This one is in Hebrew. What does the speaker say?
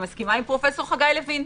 מסכימה עם פרופ' חגי לוין,